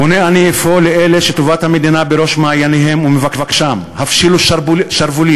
פונה אני אפוא לאלה שטובת המדינה בראש מעייניהם ומבקשם: הפשילו שרוולים,